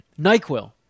NyQuil